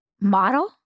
model